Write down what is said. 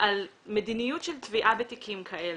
מדיניות של תביעה בתיקים כאלה.